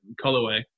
colorway